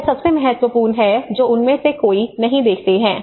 यह सबसे महत्वपूर्ण है जो उनमें से कई नहीं देखते हैं